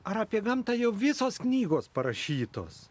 ar apie gamtą jau visos knygos parašytos